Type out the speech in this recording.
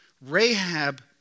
Rahab